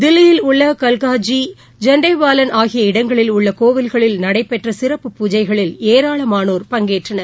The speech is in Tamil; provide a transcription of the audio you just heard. தில்லியில் உள்ள கல்காஜி ஜண்டேவாலன் ஆகிய இடங்களில் உள்ள கோவில்களில் நடைபெற்ற சிறப்பு பூஜைகளில் ஏராளமானோர் பங்கேற்றனர்